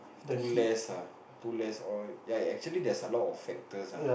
too less ah too less oil ya actually there's a lot of factors ah